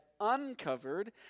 uncovered